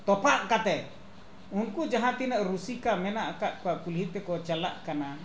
ᱛᱚᱯᱟᱜ ᱠᱟᱛᱮᱫ ᱩᱱᱠᱩ ᱡᱟᱦᱟᱸ ᱛᱤᱱᱟᱹᱜ ᱨᱩᱥᱤᱠᱟ ᱢᱮᱱᱟᱜ ᱟᱠᱟᱫ ᱠᱚᱣᱟ ᱠᱩᱞᱦᱤ ᱛᱮᱠᱚ ᱪᱟᱞᱟᱜ ᱠᱟᱱᱟ